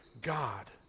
God